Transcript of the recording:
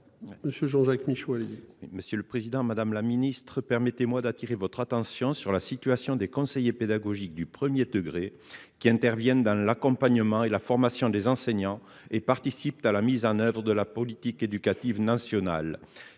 Madame la secrétaire d'État, permettez-moi d'attirer votre attention sur la situation des conseillers pédagogiques du premier degré qui interviennent dans l'accompagnement et la formation des enseignants et qui participent à la mise en oeuvre de la politique éducative nationale.